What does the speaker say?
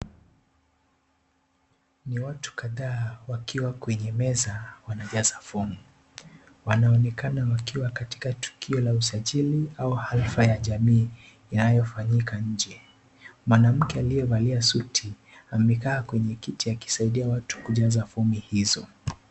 Ni watu kadhaa, wakiwa kwenye meza, wanajaza fomu, wanaonekana waķiwa katika tukio la usajili, au halfa ya jamii, inayofanyika nje, mwanamke aliyevalia suti, amekaa kwenye kiti akisaidia watu kujaza fomi hizo.